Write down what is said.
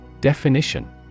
Definition